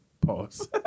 Pause